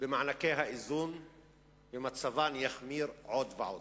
במענקי האיזון ומצבן יחמיר עוד ועוד.